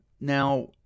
Now